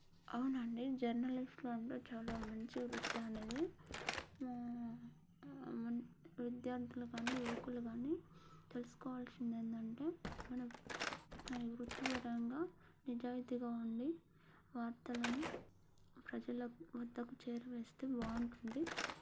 అవునండి జర్నలిస్ట్ అంటే చాలా మంచి వృత్తి అండి విద్యార్థులు కానీ యువకులు కానీ తెలుసుకోవాల్సింది ఏందంటే మనం వృత్తిపరంగా నిజాయితీగా ఉండి వార్తలను ప్రజలకు వద్దకు చేరవేస్తే బాగుంటుంది